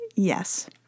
Yes